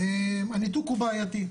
הניתוק הוא בעייתי,